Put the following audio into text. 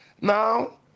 now